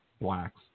Blacks